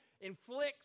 inflicts